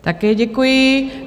Také děkuji.